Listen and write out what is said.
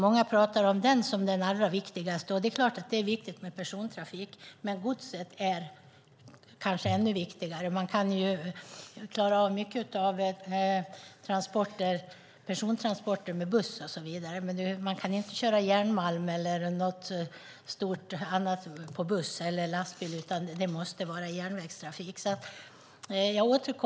Många talar om persontrafik som det viktigaste, och det är klart att den är viktig, men godset är kanske ännu viktigare. Man kan klara av mycket persontransporter med buss, men man kan inte köra järnmalm eller annat stort på buss eller lastbil. Det måste gå på järnvägen.